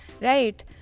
right